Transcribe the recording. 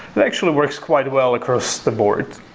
but actually works quite well across the board.